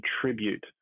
contribute